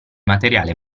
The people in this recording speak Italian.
materiale